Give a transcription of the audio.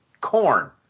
corn